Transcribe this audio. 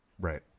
Right